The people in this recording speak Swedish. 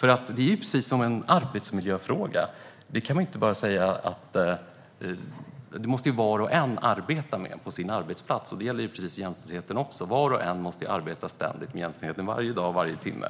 Det är ju precis som arbetsmiljöfrågorna. Dem måste var och en arbeta med på sin arbetsplats, och det gäller jämställdheten också. Var och en måste ständigt arbeta med jämställdheten, varje dag och varje timme.